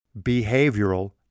behavioral